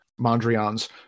Mondrian's